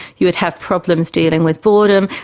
you would have problems dealing with boredom,